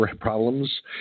problems